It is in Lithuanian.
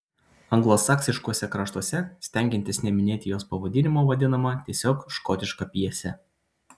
anglosaksiškuose kraštuose stengiantis neminėti jos pavadinimo vadinama tiesiog škotiška pjese